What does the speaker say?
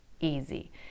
easy